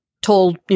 told